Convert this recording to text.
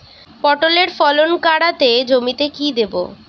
পটলের ফলন কাড়াতে জমিতে কি দেবো?